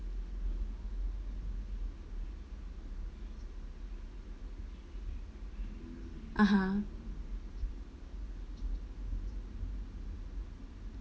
(uh huh)